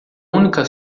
única